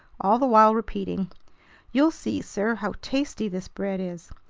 all the while repeating you'll see, sir, how tasty this bread is!